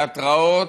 והתיאטראות,